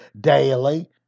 Daily